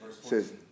says